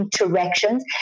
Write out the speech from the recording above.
interactions